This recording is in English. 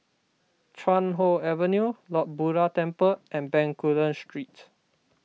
Chuan Hoe Avenue Lord Buddha Temple and Bencoolen Street